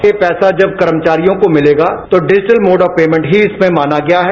ये पैसा जब कर्मचारियों को मिलेगा तो डिजिटल मोड ऑफ पेमेंट ही इसमें माना गया है